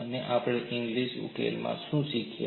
અને આપણે ઇંગ્લિસ ઉકેલમાં શું શીખ્યા